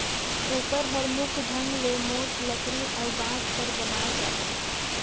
कोपर हर मुख ढंग ले मोट लकरी अउ बांस कर बनाल जाथे